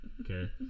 Okay